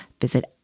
visit